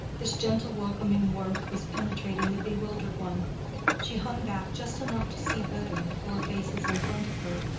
this gentle welcoming warmth was penetrating the bewildered one she hung back just enough to see better the four faces in front of her,